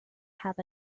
have